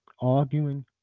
arguing